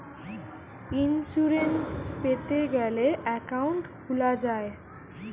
insurance পেতে গ্যালে account খুলা যায়